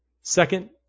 Second